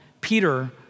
Peter